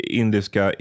indiska